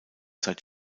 zeit